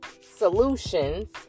Solutions